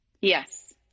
Yes